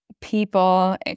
People